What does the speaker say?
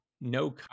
no